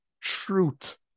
truth